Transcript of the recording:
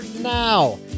now